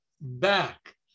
back